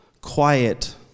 quiet